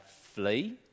flee